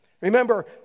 Remember